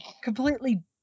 completely